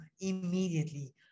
immediately